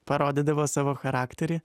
parodydavo savo charakterį